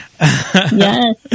Yes